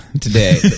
today